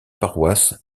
paroisse